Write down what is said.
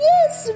Yes